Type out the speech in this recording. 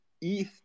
ETH